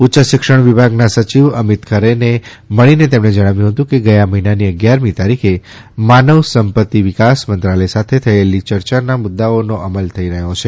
ઉચ્યશિક્ષણ વિભાગના સચિવ અમીત ખરેને મળીને તેમણે જણાવ્યું હતુંકે ગયા મહિનાની અગીયારમી તારીખે માનવસંપતિ વિકાસ મંત્રાલય સાથે થયેલી ચર્ચાના મુદ્દાઓનો અમલ થઈ રહ્યો છે